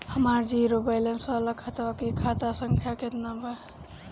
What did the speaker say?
हमार zero balance वाला खतवा के खाता संख्या केतना बा?